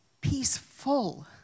peaceful